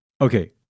okay